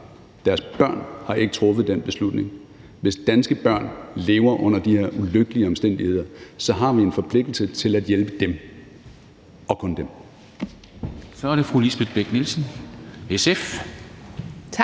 deres børn! – har ikke truffet den beslutning. Hvis danske børn lever under de her ulykkelige omstændigheder, har vi en forpligtelse til at hjælpe dem – og kun dem.